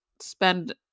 spend